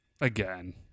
Again